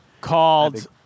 Called